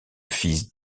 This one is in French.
fils